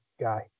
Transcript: guy